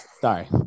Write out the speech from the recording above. Sorry